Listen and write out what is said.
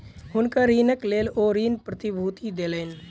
हुनकर ऋणक लेल ओ ऋण प्रतिभूति देलैन